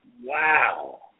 Wow